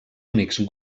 únics